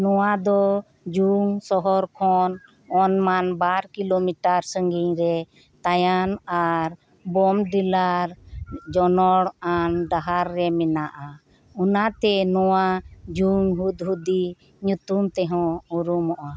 ᱱᱚᱣᱟ ᱫᱚ ᱡᱩᱝ ᱥᱚᱦᱚᱨ ᱠᱷᱚᱱ ᱚᱱᱢᱟᱱ ᱵᱟᱨ ᱠᱤᱞᱳᱢᱤᱴᱟᱨ ᱥᱟᱸᱜᱤᱧ ᱨᱮ ᱛᱟᱭᱟᱱ ᱟᱨ ᱵᱚᱢ ᱰᱤᱞᱟᱨ ᱡᱚᱱᱚᱲ ᱟᱱ ᱰᱟᱦᱟᱨ ᱨᱮ ᱢᱮᱱᱟᱜᱼᱟ ᱚᱱᱟᱛᱮ ᱱᱚᱣᱟ ᱡᱩᱝ ᱦᱩᱫᱽ ᱦᱩᱫᱤ ᱧᱩᱛᱩᱢ ᱛᱮᱦᱚᱸ ᱩᱨᱩᱢᱚᱜᱼᱟ